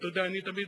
אתה יודע, אני תמיד